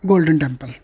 golden temple